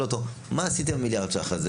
אותו: מה עשיתם עם המיליארד ש"ח הזה,